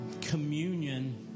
communion